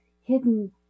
hidden